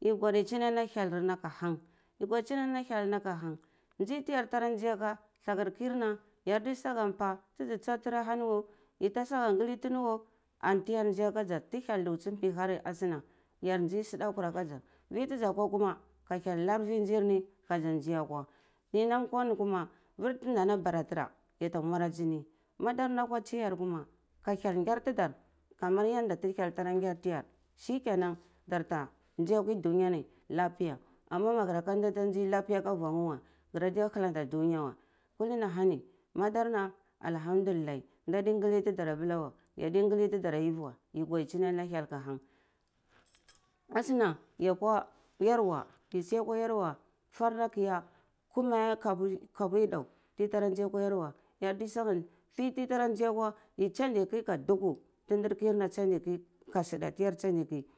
yi godichini ana hyelarna ka hang yi godichini ana hyelna ka hang nzai teyar nzai aka thakal kirna yardi sakampa tizi tsatara hani weh yi ta saga ngali tini woh antiyi nzai aka za ta hyel tuulsi mpihari asuna ya nzai sadakur aka za fitiza kwa kuma ka hyel lar vi ndzar ni ka zi nzi akwa yi nam akwa ni kuma var ti nana baratara yata nuri azuni madar yar akwa tseyayar kuma ka hyel ngar tidar kamar yanda ta hyel tara ngar tiyar shikenan dar ta nzai akwa duniya ni lapiya ama magara ka ndeh ta ndzai lapiya ka vuwana weh kara diya kalanta dunye wa kuli ni ahani madarna alhamdulillah nadi ngali tidar abwa weh yadi ngali titar ayi vi weh yi gwachini ana hyel ka hang asuna ya kwa akwa yarwa yi si akwa yarwa farna ka ya kume kabu yidau tiya tara ndzai akwa yarwa yardi saga ki tiyi ndzai akwa yi changer ki ka nduku ti ndar kina kachenge ki ka sudeh.